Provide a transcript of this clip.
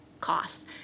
costs